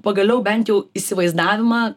pagaliau bent jau įsivaizdavimą